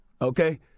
Okay